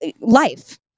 life